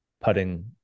putting